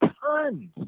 tons